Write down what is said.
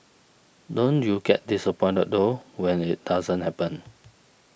don't you get disappointed though when it doesn't happen